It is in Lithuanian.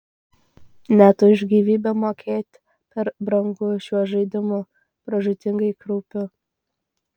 net už gyvybę mokėt per brangu šiuo žaidimu pražūtingai kraupiu